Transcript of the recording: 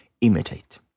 imitate